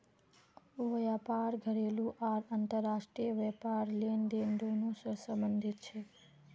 व्यापार घरेलू आर अंतर्राष्ट्रीय व्यापार लेनदेन दोनों स संबंधित छेक